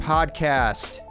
Podcast